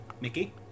Mickey